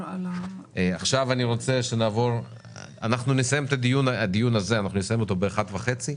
אנחנו נסיים את הדיון הזה באחת וחצי,